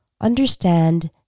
understand